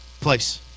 Place